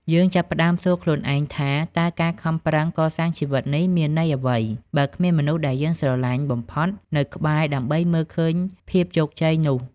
យើងចាប់ផ្តើមសួរខ្លួនឯងថា តើការខំប្រឹងកសាងជីវិតនេះមានន័យអ្វី បើគ្មានមនុស្សដែលយើងស្រឡាញ់បំផុតនៅក្បែរដើម្បីមើលឃើញភាពជោគជ័យនោះ?